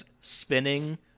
spinning